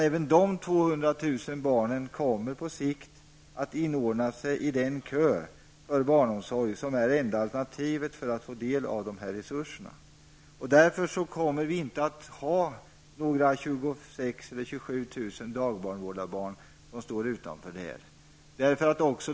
Även dessa 200 000 barn kommer på sikt att inordna sig i den kö till den barnomsorg som är det enda alternativet för att man skall få del av dessa resurser. Därför kommer det inte att finnas några 26 000--27 000 till dagbarnvårdare, som står utanför.